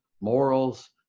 morals